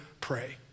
pray